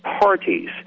parties